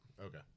Okay